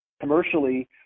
commercially